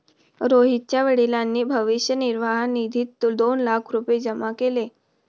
रोहितच्या वडिलांनी भविष्य निर्वाह निधीत दोन लाख रुपये जमा केले